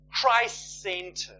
Christ-centered